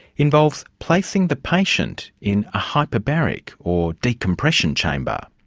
involves placing the patient in a hyperbaric, or decompression, chamber.